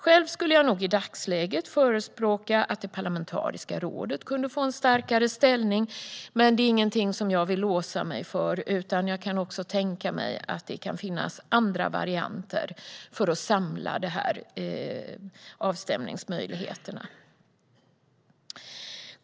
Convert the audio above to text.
Själv skulle jag nog i dagsläget förespråka att det parlamentariska rådet kunde få en starkare ställning, men det är ingenting som jag vill låsa mig vid, utan jag kan också tänka mig att det finns andra varianter för att samla avstämningsmöjligheterna.